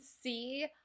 see